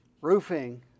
roofing